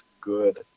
good